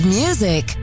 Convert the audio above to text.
music